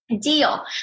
Deal